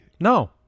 No